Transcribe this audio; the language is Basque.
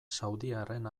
saudiarren